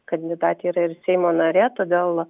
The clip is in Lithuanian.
kandidatė yra ir seimo narė todėl